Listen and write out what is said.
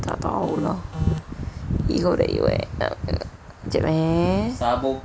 tak tahu lah he hope that he will jap eh